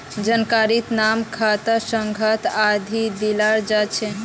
जानकारीत नाम खाता संख्या आदि दियाल जा छेक